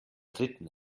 dritten